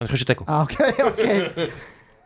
אני חושב שאתה יכול. אה, אוקיי, אוקיי.